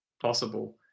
possible